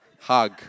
hug